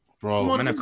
Bro